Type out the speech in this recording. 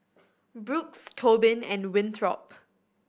Brooks Tobin and Winthrop